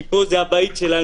כי פה זה הבית שלנו,